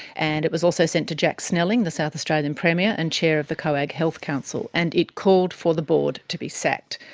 and it was also sent to jack snelling, the south australian premier and chair of the coag health council. and it called for the board to be sacked.